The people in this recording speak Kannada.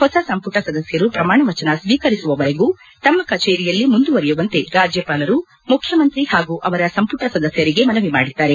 ಹೊಸ ಸಂಪುಟ ಸದಸ್ವರು ಪ್ರಮಾಣ ವಚನ ಸ್ವೀಕರಿಸುವವರೆಗೂ ತಮ್ನ ಕಚೇರಿಯಲ್ಲಿ ಮುಂದರುವರಿಯುವಂತೆ ರಾಜ್ಞಪಾಲರು ಮುಖ್ಯಮಂತ್ರಿ ಮತ್ತು ಅವರ ಸಂಪುಟ ಸದಸ್ವರಿಗೆ ಮನವಿ ಮಾಡಿದ್ದಾರೆ